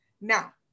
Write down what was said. Now